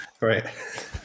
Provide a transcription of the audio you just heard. right